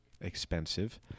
expensive